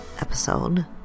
episode